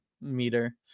meter